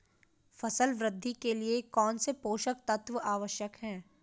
फसल वृद्धि के लिए कौनसे पोषक तत्व आवश्यक हैं?